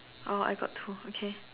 oh I got two okay